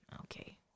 Okay